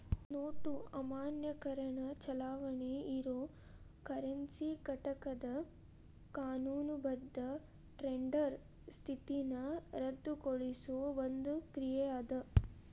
note ಅಮಾನ್ಯೇಕರಣ ಚಲಾವಣಿ ಇರೊ ಕರೆನ್ಸಿ ಘಟಕದ್ ಕಾನೂನುಬದ್ಧ ಟೆಂಡರ್ ಸ್ಥಿತಿನ ರದ್ದುಗೊಳಿಸೊ ಒಂದ್ ಕ್ರಿಯಾ ಅದ